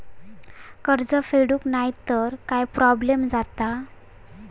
कर्ज फेडूक नाय तर काय प्रोब्लेम जाता?